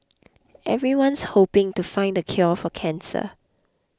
everyone's hoping to find the cure for cancer